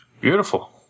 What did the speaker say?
Beautiful